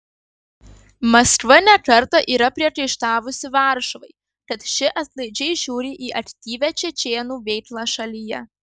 maskva ne kartą yra priekaištavusi varšuvai kad ši atlaidžiai žiūri į aktyvią čečėnų veiklą šalyje